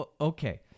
Okay